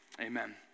amen